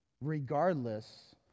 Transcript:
regardless